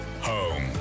home